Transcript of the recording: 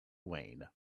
wayne